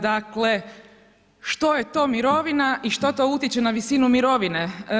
Dakle, što je to mirovina i što to utječe na visinu mirovine?